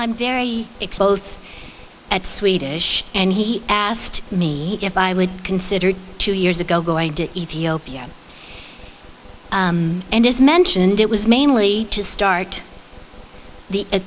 i'm very exposed at swedish and he asked me if i would consider two years ago going to ethiopia and as mentioned it was mainly to start the